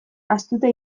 ahaztuta